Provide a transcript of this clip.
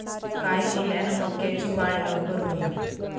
काय केल्यान मक्याची वाढ लवकर होईन?